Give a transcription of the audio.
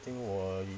I think 我